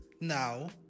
now